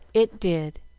it did,